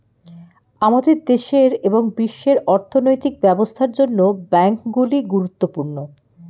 আমাদের দেশের এবং বিশ্বের অর্থনৈতিক ব্যবস্থার জন্য ব্যাংকগুলি গুরুত্বপূর্ণ